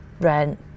rent